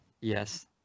yes